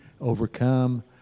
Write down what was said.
overcome